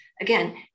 Again